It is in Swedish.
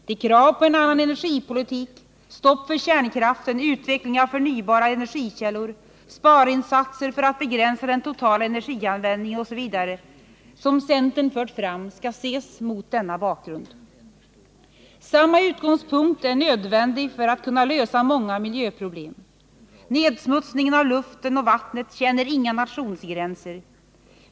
De krav på en annan energipolitik — stopp för kärnkraften, utveckling av förnyelsebara energikällor, sparinsatser för att begränsa den totala energianvändningen osv. — som centern har fört fram skall ses mot denna bakgrund. Samma utgångspunkt är nödvändig för att vi skall kunna lösa många miljöproblem. Nedsmutsningen av luften och vattnet känner inga nationsgränser.